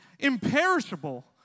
Imperishable